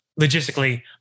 logistically